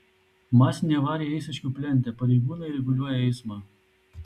masinė avarija eišiškių plente pareigūnai reguliuoja eismą